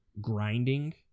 grinding